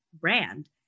brand